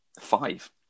five